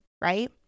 right